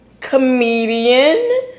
comedian